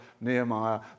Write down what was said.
Nehemiah